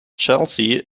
chelsea